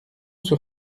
sur